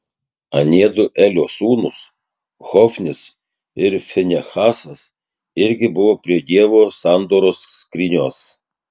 aniedu elio sūnūs hofnis ir finehasas irgi buvo prie dievo sandoros skrynios